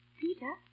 Peter